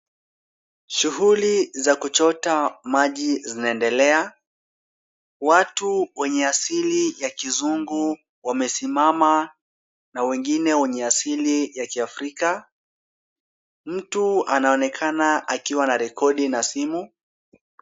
Shughuli za kuchota maji zinaendelea. Watu wenye asili ya kizungu wamesimama na wengine wenye asili ya kiafrika. Mtu anaonekana akiwa anarekodi na simu.